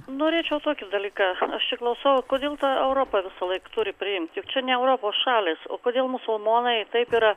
norėčiau tokį dalyką aš čia klausau kodėl ta europa visąlaik turi priimti juk čia ne europos šalys o kodėl musulmonai taip yra